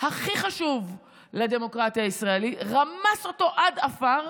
הכי חשוב לדמוקרטיה הישראלית, רמס אותו עד עפר,